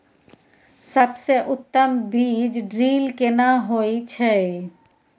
सबसे उत्तम बीज ड्रिल केना होए छै?